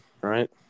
right